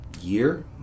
year